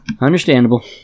Understandable